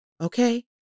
Okay